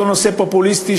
אותו נושא פופוליסטי,